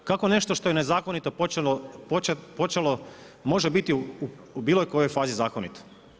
Kako nešto što je nezakonito počelo može biti u bilo kojoj fazi zakonito.